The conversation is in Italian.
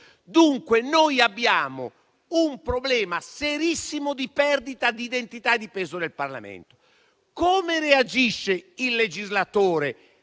Dunque, abbiamo un problema serissimo di perdita di identità e di peso del Parlamento. Come reagisce il legislatore